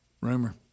Rumor